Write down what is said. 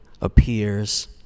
appears